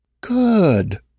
Good